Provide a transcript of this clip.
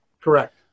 Correct